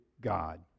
God